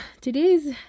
today's